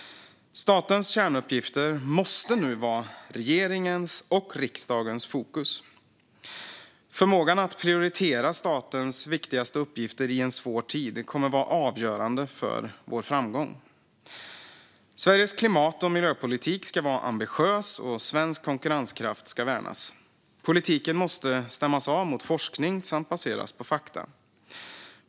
Statens kärnuppgifter måste nu vara regeringens och riksdagens fokus. Förmågan att prioritera statens viktigaste uppgifter i en svår tid kommer att vara avgörande för vår framgång. Sveriges klimat och miljöpolitik ska vara ambitiös, och svensk konkurrenskraft ska värnas. Politiken måste stämmas av mot forskning samt baseras på fakta.